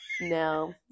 no